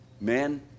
Men